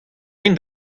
rin